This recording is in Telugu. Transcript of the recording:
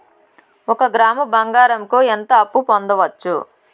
ఒక గ్రాము బంగారంకు ఎంత అప్పు పొందొచ్చు